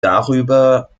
darüber